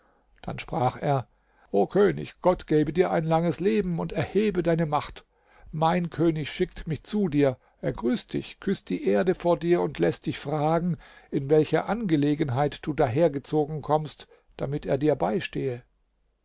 dann sprach er o könig gott gebe dir langes leben und erhebe deine macht mein könig schickt mich zu dir er grüßt dich küßt die erde vor dir und läßt dich fragen in welcher angelegenheit du dahergezogen kommst damit er dir beistehe